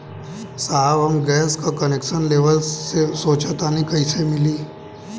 साहब हम गैस का कनेक्सन लेवल सोंचतानी कइसे मिली?